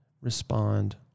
respond